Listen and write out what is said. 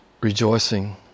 rejoicing